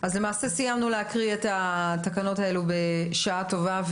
אז למעשה סיימנו להקריא את התקנות האלה בשעה טובה,